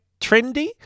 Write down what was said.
trendy